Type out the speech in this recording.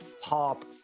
pop